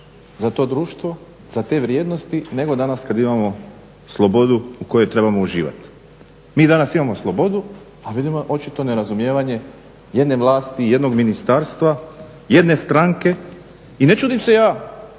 za to društvo, za te vrijednosti nego danas kad imamo slobodu u kojoj trebamo uživati. Mi danas imamo slobodu, a vidimo očito nerazumijevanje jedne vlasti, jednog ministarstva, jedne stranke i ne čudim se ja